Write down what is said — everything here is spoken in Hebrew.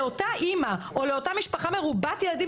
לאותה אמא או לאותה משפחה מרובת ילדים,